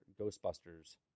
Ghostbusters